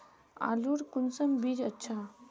आलूर कुंसम बीज अच्छा?